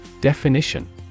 Definition